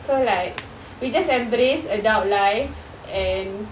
so like we just embrace adult life and